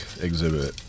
exhibit